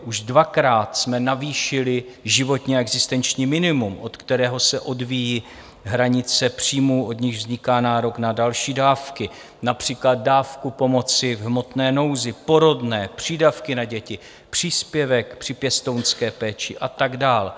Už dvakrát jsme navýšili životní a existenční minimum, od kterého se odvíjí hranice příjmů, od níž vzniká nárok na další dávky, například dávku pomoci v hmotné nouzi, porodné, přídavky na děti, příspěvek při pěstounské péči a tak dál.